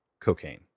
cocaine